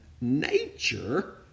nature